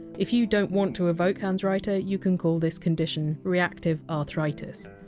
if you don't want to evoke hans reiter, you can call this condition! reactive arthritis!